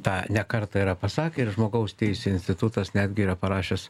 tą ne kartą yra pasakę ir žmogaus teisių institutas netgi yra parašęs